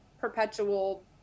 perpetual